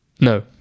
No